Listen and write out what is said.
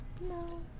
No